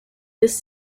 this